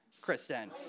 Kristen